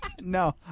No